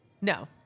no